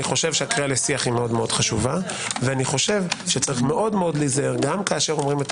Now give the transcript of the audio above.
אני חושב שהקריאה לשיח מאוד חשוב וצריך מאוד להיזהר גם כשאומרים את